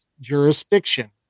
jurisdiction